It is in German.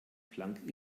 planck